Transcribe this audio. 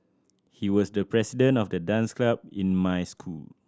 he was the president of the dance club in my school